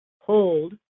Hold